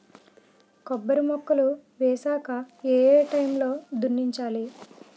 కొబ్బరి మొక్కలు వేసాక ఏ ఏ టైమ్ లో దున్నించాలి?